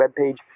webpage